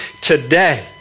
today